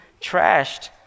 trashed